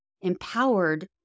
empowered